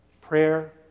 Prayer